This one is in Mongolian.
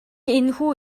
энэхүү